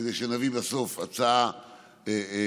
כדי שנביא בסוף הצעה מושלמת.